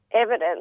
evidence